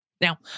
Now